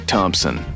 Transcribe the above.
Thompson